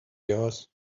yours